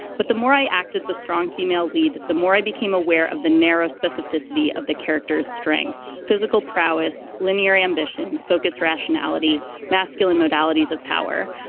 but the more i acted, the strong female lead, the more i became aware of the narrow specificity of the character's strengths physical prowess, linear ambition, focused rationality, masculine modalities of power.